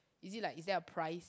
is it like is that a price